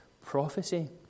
prophecy